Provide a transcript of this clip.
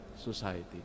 society